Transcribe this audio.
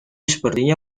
sepertinya